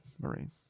Marine